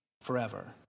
forever